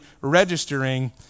registering